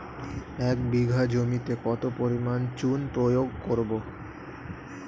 এক বিঘা জমিতে কত পরিমাণ চুন প্রয়োগ করব?